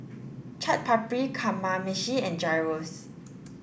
Chaat Papri Kamameshi and Gyros